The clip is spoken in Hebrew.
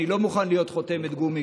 אני לא מוכן להיות חותמת גומי,